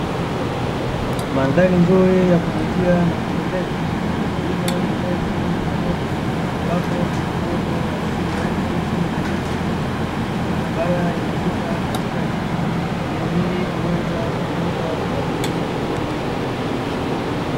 Mandhari nzuri yakuvutia na kupendeza yenye milima mirefu na mabonde ambapo kuna uoto wa asili yaani miti na nyasi fupi, barabara imepita katikati, eneo hili huweza kutumika kwa ajili ya shughuli za utalii.